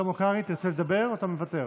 שלמה קרעי, תרצה לדבר או שאתה מוותר?